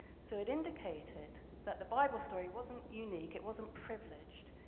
so it indicated that the bible story wasn't unique, it wasn't privileged,